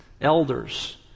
elders